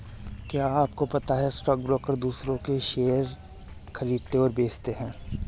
क्या आपको पता है स्टॉक ब्रोकर दुसरो के लिए शेयर खरीदते और बेचते है?